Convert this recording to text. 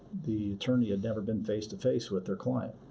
the attorney had never been face-to-face with their client,